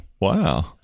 Wow